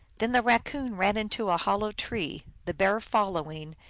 then the kaccoon ran into a hollow tree, the bear following,